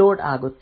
load ಆಗುತ್ತದೆ